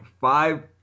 five